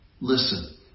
Listen